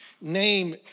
name